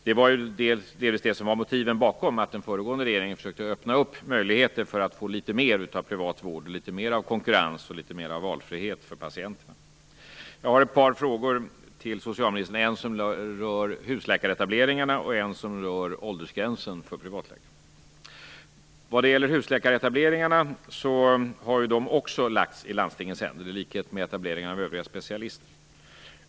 Det var delvis det som var motiven bakom att den föregående regeringen försökte öppna upp möjligheter att få litet mer av privat vård, litet mer av konkurrens och litet mer av valfrihet för patienterna. Jag har här ett par frågor till socialministern. En rör husläkaretableringen, och en rör åldersgränsen för privatläkarna. Vad gäller husläkaretableringarna har också de lagts i landstingens händer, i likhet med etableringen för övriga specialister.